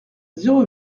zéro